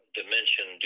dimension